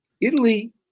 Italy